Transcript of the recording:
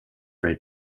rate